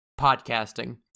podcasting